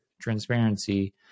transparency